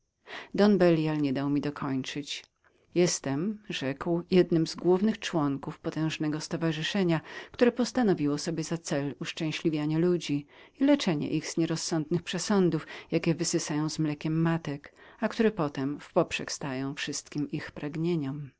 don belial nie dał mi dokończyć jestem rzekł jednym z głównych członków potężnego stowarzyszenia które założyło sobie za cel uszczęśliwianie ludzi i wyleczanie ich z nierozsądnych przesądów jakie wysysają z mlekiem ich matek a które potem w poprzek stają wszystkim ich